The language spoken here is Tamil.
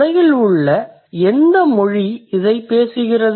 உலகில் எந்த மொழி இதைப் பேசுகிறது